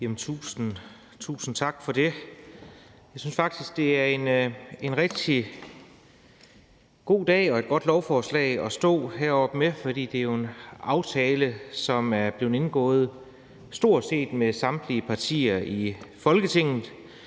Tusind tak for det. Jeg synes faktisk, det er en rigtig god dag og et godt lovforslag at stå med heroppe, for det er jo en aftale, som er blevet indgået med stort set samtlige partier i Folketinget,